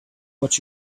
what